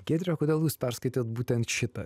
giedre o kodėl jūs perskaitėt būtent šitą